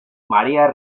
maría